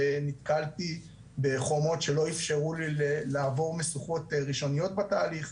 ונתקלתי בחומות שלא אפשרו לי לעבור משוכות ראשוניות בתהליך,